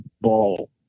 ball